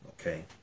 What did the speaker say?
Okay